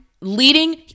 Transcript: leading